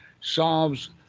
solves